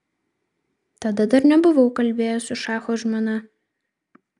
tada dar nebuvau kalbėjęs su šacho žmona